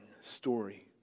story